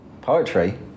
poetry